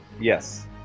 Yes